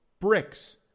bricks